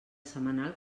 setmanal